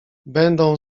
będą